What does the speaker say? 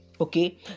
okay